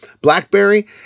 Blackberry